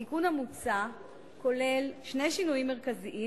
התיקון המוצע כולל שני שינויים מרכזיים,